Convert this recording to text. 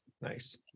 Nice